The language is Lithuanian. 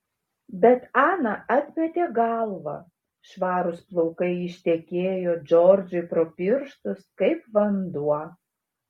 bet ana atmetė galvą švarūs plaukai ištekėjo džordžui pro pirštus kaip vanduo